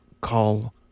call